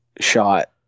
shot